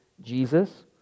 Jesus